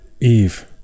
Eve